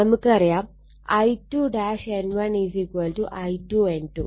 നമുക്കറിയാം I2 N1 I2 N2